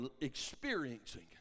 experiencing